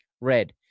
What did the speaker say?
Red